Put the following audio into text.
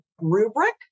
rubric